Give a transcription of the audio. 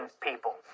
people